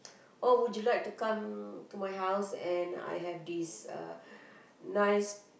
oh would you like to come to my house and I have this uh nice